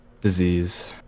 disease